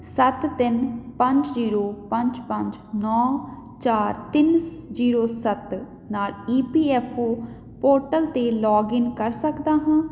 ਸੱਤ ਤਿੰਨ ਪੰਜ ਜ਼ੀਰੋ ਪੰਜ ਪੰਜ ਨੌ ਚਾਰ ਤਿੰਨ ਜ਼ੀਰੋ ਸੱਤ ਨਾਲ E P F O portal 'ਤੇ ਲੌਗਇਨ ਕਰ ਸਕਦਾ ਹਾਂ